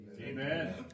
Amen